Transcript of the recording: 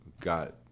got